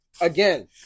again